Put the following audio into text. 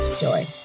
joy